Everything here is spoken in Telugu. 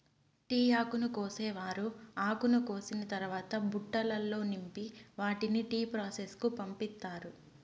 టీ ఆకును కోసేవారు ఆకును కోసిన తరవాత బుట్టలల్లో నింపి వాటిని టీ ప్రాసెస్ కు పంపిత్తారు